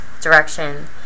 direction